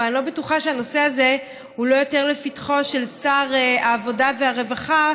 אני לא בטוחה שהנושא הזה הוא לא יותר לפתחו של שר העבודה והרווחה,